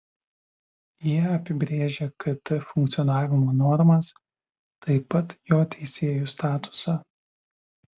jie apibrėžia kt funkcionavimo normas taip pat jo teisėjų statusą